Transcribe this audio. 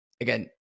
again